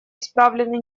исправлены